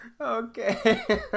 Okay